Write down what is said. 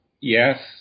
yes